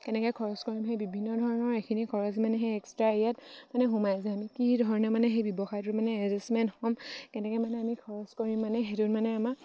কেনেকৈ খৰচ কৰিম সেই বিভিন্ন ধৰণৰ এইখিনি খৰচ মানে সেই এক্সট্ৰা ইয়াত মানে সোমাই যায় কি ধৰণে মানে সেই ব্যৱসায়টো মানে এডজেষ্টমেণ্ট হ'ম কেনেকৈ মানে আমি খৰচ কৰিম মানে সেইটোত মানে আমাক